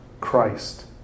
Christ